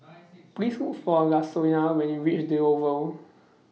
Please Look For Lasonya when YOU REACH The Oval